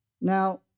Now